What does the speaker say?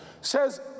says